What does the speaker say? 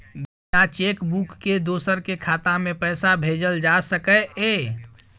बिना cheque book के दोसर के खाता में पैसा भेजल जा सकै ये?